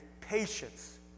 patience